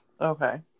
Okay